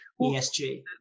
ESG